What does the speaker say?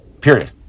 period